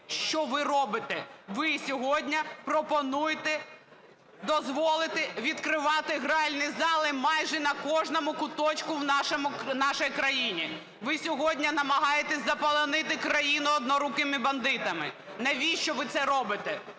Що ви робите? Ви сьогодні пропонуєте дозволити відкривати гральні зали майже на кожному куточку в нашій країні. Ви сьогодні намагаєтеся заполонити країну "однорукими" бандитами. Навіщо ви це робите?